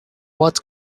what